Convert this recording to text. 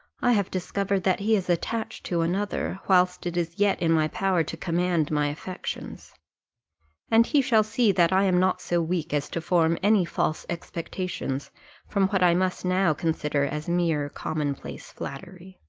i have discovered that he is attached to another, whilst it is yet in my power to command my affections and he shall see that i am not so weak as to form any false expectations from what i must now consider as mere common-place flattery.